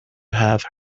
have